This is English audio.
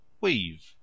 Weave